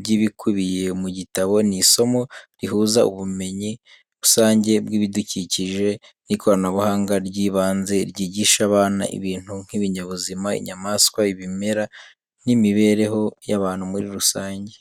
by’ibikubiye mu gitabo. Ni isomo rihuza ubumenyi rusange bw’ibidukikije n’ikoranabuhanga ry’ibanze, ryigisha abana ibintu nk’ibinyabuzima, inyamaswa, ibimera, n'imibereho y’abantu muri rusange.